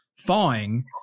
thawing